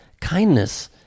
kindness